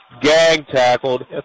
gag-tackled